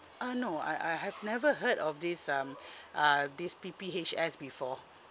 uh no I I have never heard of this um uh this P_P_H_S before